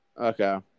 Okay